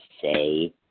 say